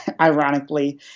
ironically